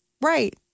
Right